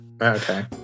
Okay